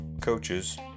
coaches